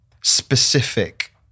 specific